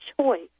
choice